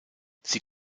sie